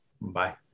Bye